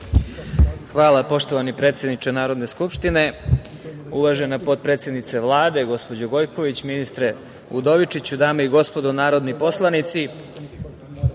Hvala, poštovani predsedniče Narodne skupštine. Uvažena potpredsednice Vlade, gospođo Gojković, ministre Udovičiću, dame i gospodo narodni poslanici,